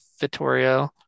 Vittorio